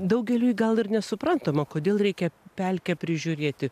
daugeliui gal ir nesuprantama kodėl reikia pelkę prižiūrėti